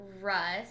Rust